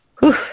Whew